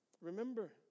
Remember